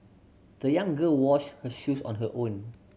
the young girl washed her shoes on her own